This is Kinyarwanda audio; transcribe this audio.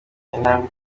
intambwe